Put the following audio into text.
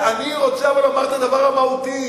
אבל אני רוצה לומר את הדבר המהותי.